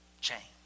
change